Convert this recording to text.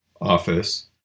office